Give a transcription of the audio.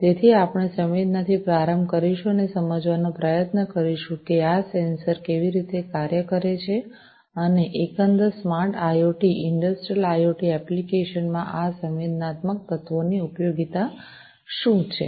તેથી આપણે સંવેદનાથી પ્રારંભ કરીશું અને સમજવાનો પ્રયત્ન કરીશું કે આ સેન્સર્સ કેવી રીતે કાર્ય કરે છે અને એકંદર smart IoT industrial IoT application માં આ સંવેદનાત્મક તત્વોની ઉપયોગિતા શું છે